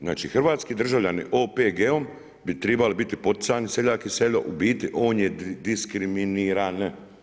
Znači hrvatski državljani OPG-om bi trebali biti poticani, seljak i selo, u biti on je diskriminiran.